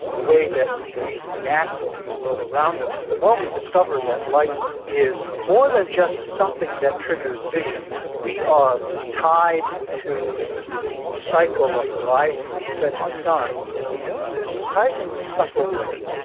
the way that we react to the world around us, the more we discover that light is more than just something that triggers vision, we are tied to the cycle of the rising and setting sun in surprisingly subtle ways,